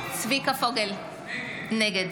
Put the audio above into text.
פוגל, נגד